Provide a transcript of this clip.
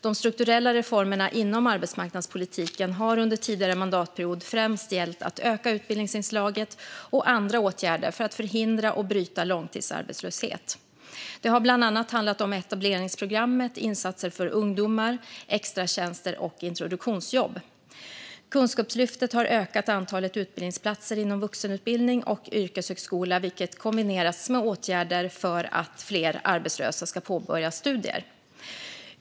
De strukturella reformerna inom arbetsmarknadspolitiken har under tidigare mandatperiod främst gällt att öka utbildningsinslaget och andra åtgärder för att förhindra och bryta långtidsarbetslöshet. Det handlar bland annat om etableringsprogrammet, insatser för ungdomar, extratjänster och introduktionsjobb. Kunskapslyftet har ökat antalet utbildningsplatser inom vuxenutbildning och yrkeshögskola, vilket kombinerats med åtgärder för att fler arbetslösa ska påbörja studier.